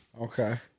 Okay